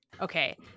Okay